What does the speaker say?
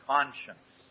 Conscience